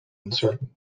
uncertain